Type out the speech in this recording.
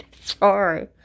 Sorry